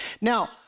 Now